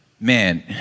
Man